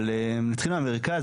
אבל נתחיל מהמרכז.